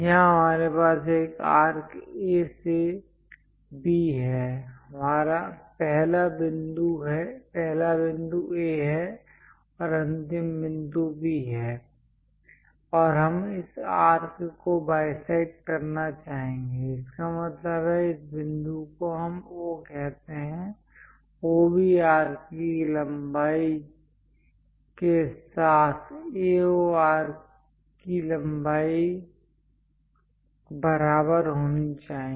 यहां हमारे पास एक आर्क A से B है पहला बिंदु A है और अंतिम बिंदु B है और हम इस आर्क को बाईसेक्ट करना चाहेंगे इसका मतलब है इस बिंदु को हम O कहते हैं OB आर्क की लंबाई के साथ AO आर्क की लंबाई बराबर होनी चाहिए